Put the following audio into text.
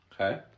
Okay